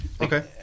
okay